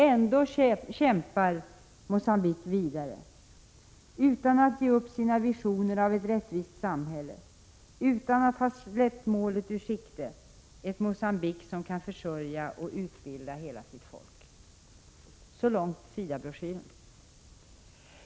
Ändå kämpar Mogambique vidare, utan att ge upp sina visioner av ett rättvist samhälle, utan att släppa målet ur sikte: ett Mogambique som kan försörja och utbilda hela sitt folk.” Så långt SIDA-broschyrerna.